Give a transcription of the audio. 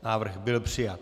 Návrh byl přijat.